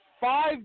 five